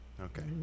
Okay